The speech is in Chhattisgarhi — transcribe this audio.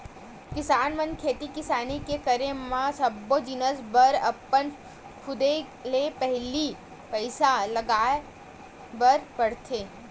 किसान मन खेती किसानी के करे म सब्बो जिनिस बर अपन खुदे ले पहिली पइसा लगाय बर परथे